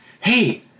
Hey